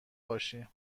باشی